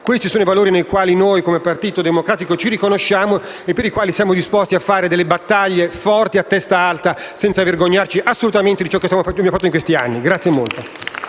Questi sono i valori nei quali, come Partito Democratico, ci riconosciamo e per i quali siamo disposti a fare delle battaglie forti, a testa alta, senza vergognarci assolutamente di ciò che abbiamo fatto in questi anni. *(Applausi